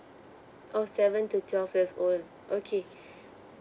oh seven to twelve years old okay